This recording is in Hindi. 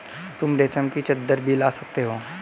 तुम रेशम की चद्दर भी ला सकती हो